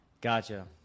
Gotcha